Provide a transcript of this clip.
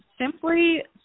simply